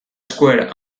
square